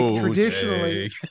traditionally